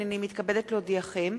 הנני מתכבדת להודיעכם,